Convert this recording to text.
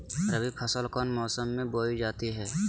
रबी फसल कौन मौसम में बोई जाती है?